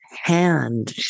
hand